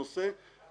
אבל אתה לא צד בתביעה,